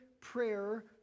prayer